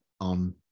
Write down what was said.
on